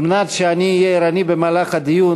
על-מנת שאהיה ערני במהלך הדיון,